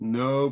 no